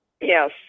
Yes